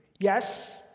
Yes